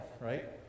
right